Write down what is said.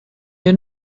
you